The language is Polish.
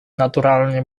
naturalnie